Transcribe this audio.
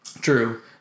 True